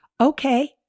Okay